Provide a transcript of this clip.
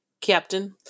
captain